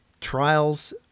trials